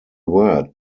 word